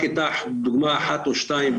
רק דוגמה אחת או שתיים,